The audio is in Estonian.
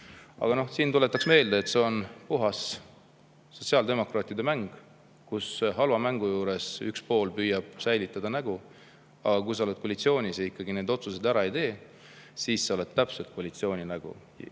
Aga siin tuletaks meelde, et see on puhas sotsiaaldemokraatide mäng, kus halva mängu juures üks pool püüab säilitada oma nägu. Aga kui sa oled koalitsioonis ja neid otsuseid ära ei tee, siis sa oled täpselt koalitsiooni nägu